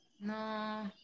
No